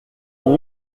une